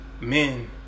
men